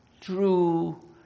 true